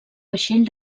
vaixell